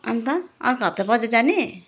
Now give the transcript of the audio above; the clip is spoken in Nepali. अनि त अर्को हप्ता बजार जाने